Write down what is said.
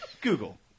Google